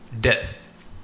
death